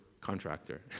contractor